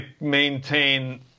maintain